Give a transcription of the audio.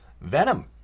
venom